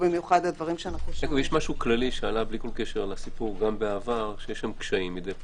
יש משהו כללי, שיש שם קשיים מדי פעם.